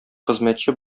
хезмәтче